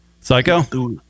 psycho